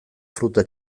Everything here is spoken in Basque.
fruta